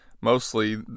mostly